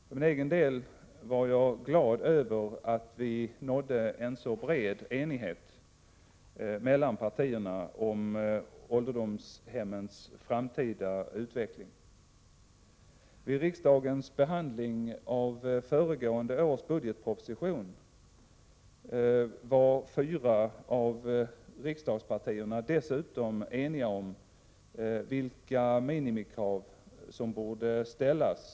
För egen del var jag glad över att vi nådde en så bred enighet mellan partierna om ålderdomshemmens framtida utveckling. Vid riksdagens behandling av föregående års budgetproposition var fyra av riksdagspartierna dessutom eniga om vilka minimikrav som borde ställas vid ombyggnad av ålderdomshem för att statliga lån med räntesubvention skall lämnas. Kraven innebär att bostaden efter ombyggnad skall bestå av minst ett rum och kokskåp samt WC och dusch. Bostaden skall ges en sådan storlek att den kan användas även av en rullstolsburen eller på annat sätt handikappad person.